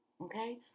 okay